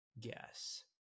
guess